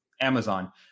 Amazon